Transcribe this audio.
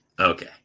Okay